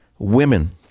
Women